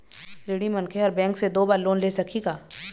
ऋणी मनखे हर बैंक से दो बार लोन ले सकही का?